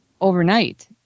overnight